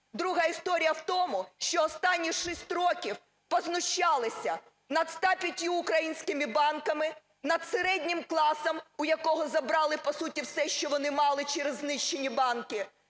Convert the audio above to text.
Друга історія в тому, що останні 6 років познущалися над 105 українськими банками, над середнім класом, у якого забрали по суті все, що вони мали, через знищені банки.